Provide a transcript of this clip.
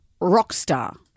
Rockstar